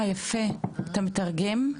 מתרגם.